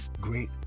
great